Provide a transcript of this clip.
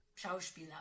Schauspieler